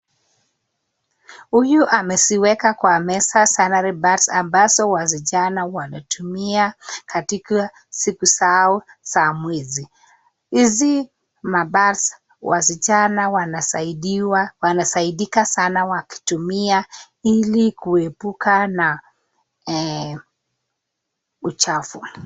Huyu ameziweka kwa meza sanitary pads ambazo wasichana wanatumia katika siku zao za mwezi. Hizi ma pads wasichana wanasaidika sana wakitumia ili kuepuka na uchafu.